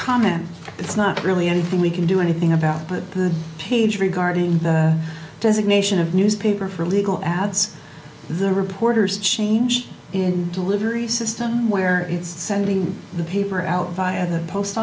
comment it's not really anything we can do anything about the page regarding the designation of newspaper for legal ads the reporters change in delivery system where it's sending the paper out via the post